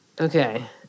Okay